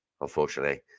unfortunately